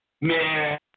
Man